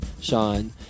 Sean